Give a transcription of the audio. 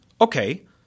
Okay